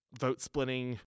vote-splitting